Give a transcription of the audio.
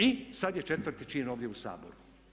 I sada je četvrti čin ovdje u Saboru.